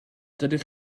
dydych